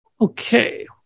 Okay